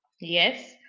yes